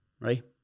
right